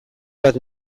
bat